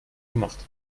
gemacht